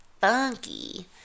funky